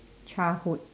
childhood